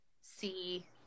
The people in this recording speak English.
see